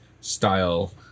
style